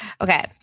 okay